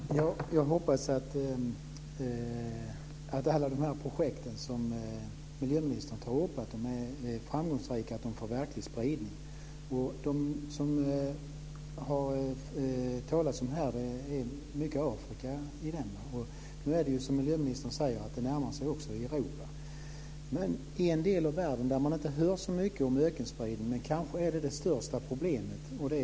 Fru talman! Jag hoppas att alla projekten som miljöministern tar upp är framgångsrika och får verklig spridning. De som har nämnts här gäller länder i Afrika. Men som miljöministern säger närmar sig problemet Europa. En del av världen där man inte hör så mycket om ökenspridning men där det kanske är det största problemet är Kina.